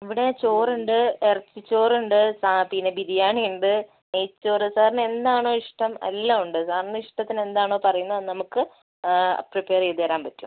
ഇവിടേ ചോറ് ഉണ്ട് ഇറച്ചിച്ചോർ ഉണ്ട് പിന്നെ ബിരിയാണി ഉണ്ട് നെയ്ച്ചോറ് സാറിന് എന്താണോ ഇഷ്ടം എല്ലാം ഉണ്ട് സാറിന് ഇഷ്ടത്തിന് എന്താണോ പറയുന്ന അത് നമുക്ക് പ്രിപ്പേറ് ചെയ്ത് തരാൻ പറ്റും